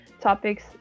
topics